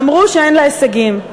אמרו שאין לה הישגים,